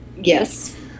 Yes